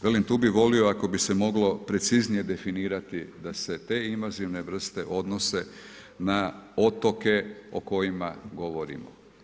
Velim tu bi volio ako bi se moglo preciznije definirati, da se te invazivne vrste odnose na otoke o kojima govorimo.